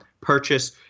purchase